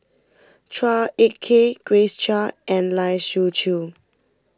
Chua Ek Kay Grace Chia and Lai Siu Chiu